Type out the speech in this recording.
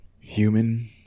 human